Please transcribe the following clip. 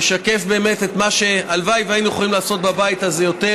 משקפת באמת את מה שהלוואי שהיינו יכולים לעשות בבית הזה יותר,